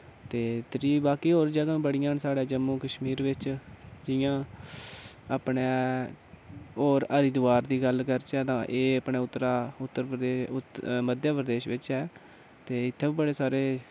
ते त्री बाकी होर जगह् बड़ियां न साढ़े जम्मू कश्मीर बिच्च जियां अपनै और हरिद्वार दी गल्ल करचै तां एह् अपनै उत्तरा उत्तर प्रदेश मध्य प्रदेश बिच्च ऐ ते इत्थैं बी बड़े सारे